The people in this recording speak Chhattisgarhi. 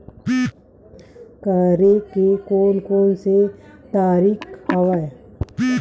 करे के कोन कोन से तरीका हवय?